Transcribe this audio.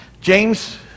James